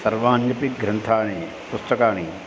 सर्वोपि ग्रन्थाः पुस्तकानि